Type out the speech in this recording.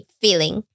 feeling